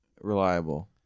reliable